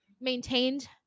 maintained